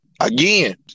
Again